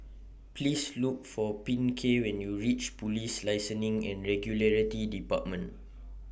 Please Look For Pinkney when YOU REACH Police Licensing and Regulatory department